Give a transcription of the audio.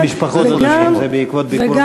אני לא